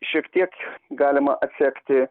šiek tiek galima atsekti